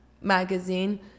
magazine